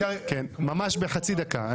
ממש בחצי דקה.